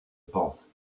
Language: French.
pense